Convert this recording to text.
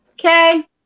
Okay